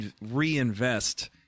reinvest